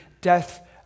death